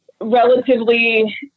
relatively